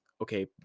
Okay